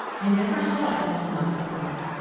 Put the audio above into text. i never saw it in this month before.